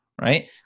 right